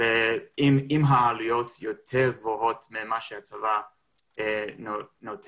אם העלויות גבוהות יותר ממה שהצבא נותן,